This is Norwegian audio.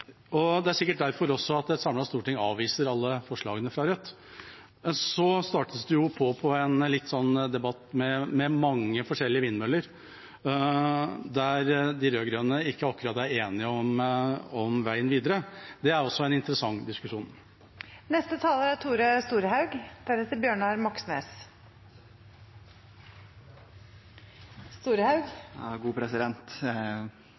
og det er sikkert også derfor at et samlet storting avviser alle forslagene fra Rødt. Så startes en slags debatt med mange forskjellige vindmøller, der de rød-grønne ikke akkurat er enige om veien videre. Det er også en interessant diskusjon. Denne debatten er